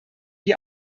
die